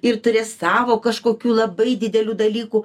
ir turės savo kažkokių labai didelių dalykų